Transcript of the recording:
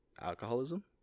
Alcoholism